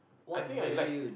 I think I like